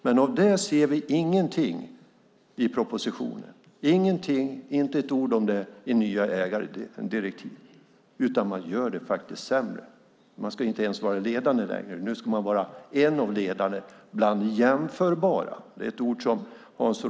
Men av det ser vi ingenting i propositionen - ingenting, inte ett ord finns med om det i det nya ägardirektivet. Man gör det faktiskt sämre, för man ska inte ens ska vara ledande längre, utan nu ska man vara en av de ledande bland jämförbara europeiska bolag.